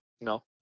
No